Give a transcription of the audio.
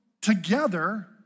together